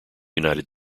united